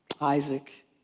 Isaac